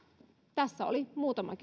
tässä oli muutama